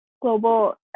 global